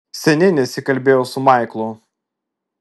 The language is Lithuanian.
seniai nesikalbėjau su maiklu